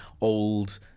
old